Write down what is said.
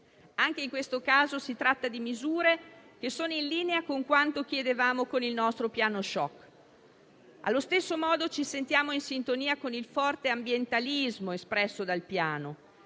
Anche in questo caso si tratta di misure che sono in linea con quanto chiedevamo con il nostro Piano shock. Allo stesso modo, ci sentiamo in sintonia con il forte ambientalismo espresso dal Piano: